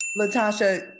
Latasha